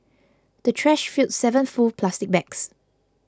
the trash filled seven full plastic bags